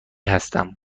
هستم